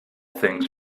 things